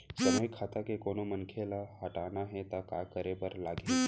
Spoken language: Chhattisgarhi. सामूहिक खाता के कोनो मनखे ला हटाना हे ता काय करे बर लागही?